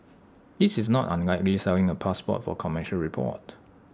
this is not unlike reselling A passport for commercial report